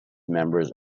members